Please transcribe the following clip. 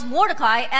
Mordecai